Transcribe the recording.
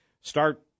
start